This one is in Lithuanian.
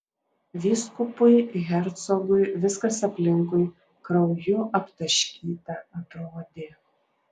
vyskupui hercogui viskas aplinkui krauju aptaškyta atrodė